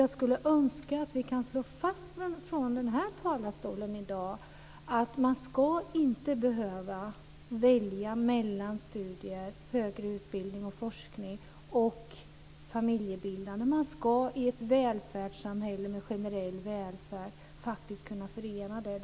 Jag skulle önska att vi från den här talarstolen i dag kan slå fast att man inte ska behöva välja mellan studier, högre utbildning och forskning, och familjebildning. I ett välfärdssamhälle med generell välfärd ska man faktiskt kunna förena detta.